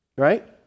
right